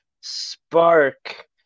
Spark